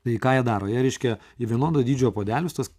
tai ką jie daro jie reiškia į vienodo dydžio puodelius tas